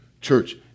Church